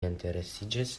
interesiĝas